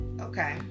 Okay